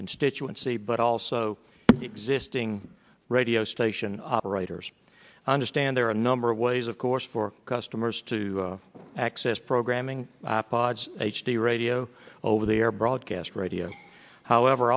constituency but also existing radio station operators understand there are a number of ways of course for customers to access programming i pods h d radio over the air broadcast radio however